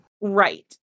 Right